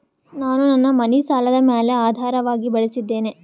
ನಾನು ನನ್ನ ಮನಿ ಸಾಲದ ಮ್ಯಾಲ ಆಧಾರವಾಗಿ ಬಳಸಿದ್ದೇನೆ